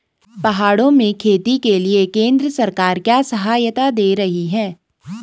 पहाड़ों में खेती के लिए केंद्र सरकार क्या क्या सहायता दें रही है?